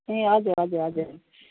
ए हजुर हजुर हजुर